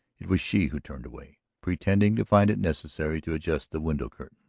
it was she who turned away, pretending to find it necessary to adjust the window-curtain.